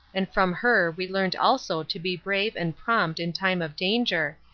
and from her we learned also to be brave and prompt in time of danger,